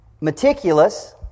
Meticulous